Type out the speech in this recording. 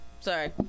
sorry